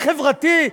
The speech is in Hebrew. זה חברתי?